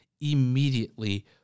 immediately